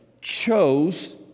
chose